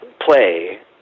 play